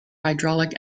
hydraulic